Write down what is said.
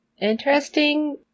Interesting